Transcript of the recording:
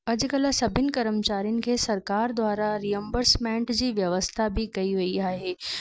अॼुकल्ह सभिनी कर्मचारियुनि खे सरकारि द्वारा रियम्बर्समेंट जी व्यस्था बि कई वेई आहे